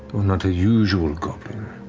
not a usual goblin.